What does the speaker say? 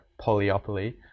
Polyopoly